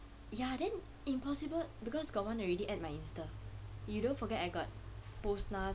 ya then impossible because got one already add my Insta you don't forget I got post lah